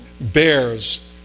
bears